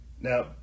Now